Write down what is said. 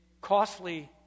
costly